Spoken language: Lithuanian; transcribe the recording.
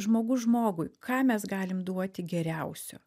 žmogus žmogui ką mes galim duoti geriausio